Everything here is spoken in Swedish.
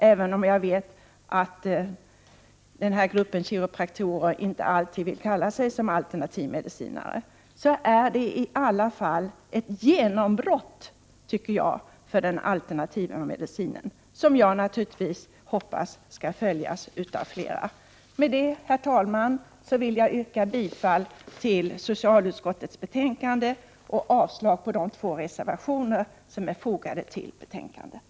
Även om jag vet att kiropraktorer inte alltid vill kalla sig alternativmedicinare, tycker jag att detta är ett genombrott för alternativmedicinen, som jag hoppas naturligtvis skall följas 7n av flera. Med detta, herr talman, yrkar jag bifall till socialutskottets hemställan och avslag på de två reservationer som är fogade till betänkandet.